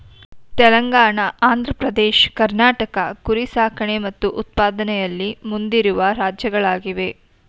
ತೆಲಂಗಾಣ ಆಂಧ್ರ ಪ್ರದೇಶ್ ಕರ್ನಾಟಕ ಕುರಿ ಸಾಕಣೆ ಮತ್ತು ಉತ್ಪಾದನೆಯಲ್ಲಿ ಮುಂದಿರುವ ರಾಜ್ಯಗಳಾಗಿವೆ